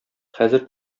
хәзер